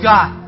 God